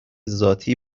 ذاتی